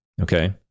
Okay